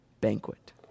banquet